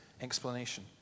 explanation